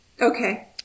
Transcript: Okay